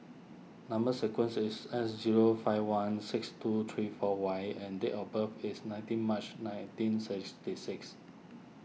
Number Sequence is S zero five one six two three four Y and date of birth is nineteen March nineteen sixty six